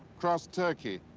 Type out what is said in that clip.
cross turkey,